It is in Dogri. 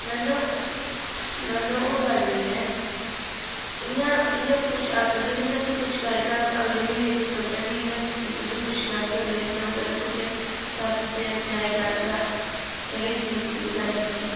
ना ना ना ना ओह् गल्ल निं ऐ इ'यां इ'यां पुच्छा आक्खा दे हे ना की पुच्छी लैएओ धाम अगले म्हीने दी सोचा कि इ'यां तुसें ई पुच्छी लैं कि अगले म्हीने पर रक्खी ओड़चै तां तुसें सनाई गल्ल तां बड़ी गै दुखे आह्ली गल्ल सनाई